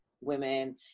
women